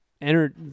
entered